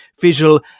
visual